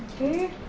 Okay